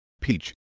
peach